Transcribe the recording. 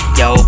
yo